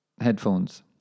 headphones